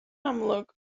amlwg